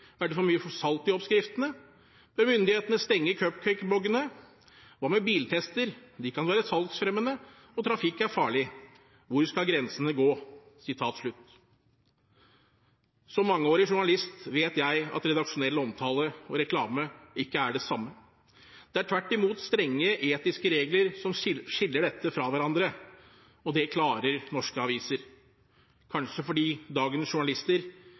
Er det for mye salt i oppskriftene? Bør myndighetene stenge cupcakebloggene? Hva med biltester? De kan være salgsfremmende, og trafikk er farlig. Hvor skal grensene gå?» Som mangeårig journalist vet jeg at redaksjonell omtale og reklame ikke er det samme. Det er tvert imot strenge etiske regler som skiller dette fra hverandre. Det klarer norske aviser – kanskje fordi dagens journalister